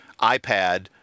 iPad